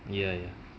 ya ya